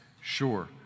sure